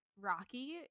rocky